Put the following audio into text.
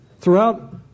throughout